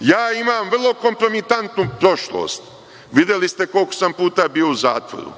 Ja imam vrlo kompromitantnu prošlost. Videli ste koliko sam puta bio u zatvoru,